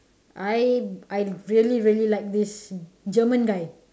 I I really really like this german guy